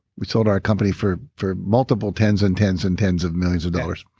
we sold our company for for multiple tens and tens and tens of millions of dollars.